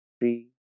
three